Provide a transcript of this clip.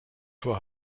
vor